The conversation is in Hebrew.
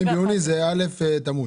30 ביוני זה א' בתמוז.